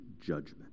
judgment